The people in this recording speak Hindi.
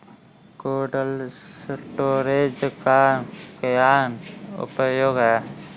कोल्ड स्टोरेज का क्या उपयोग है?